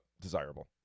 desirable